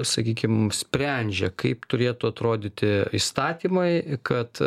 sakykim sprendžia kaip turėtų atrodyti įstatymai kad